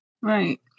Right